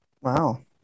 wow